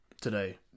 today